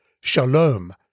shalom